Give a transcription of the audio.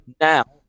now